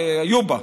היו בה,